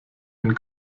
ein